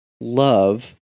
love